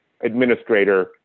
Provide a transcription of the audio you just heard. administrator